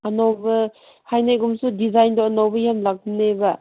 ꯑꯅꯧꯕ ꯍꯥꯏꯅꯦꯛꯀꯨꯝꯕꯁꯨ ꯗꯤꯖꯥꯏꯟꯗꯣ ꯑꯅꯧꯕ ꯌꯥꯝ ꯂꯥꯛꯄꯅꯦꯕ